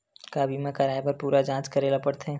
का बीमा कराए बर पूरा जांच करेला पड़थे?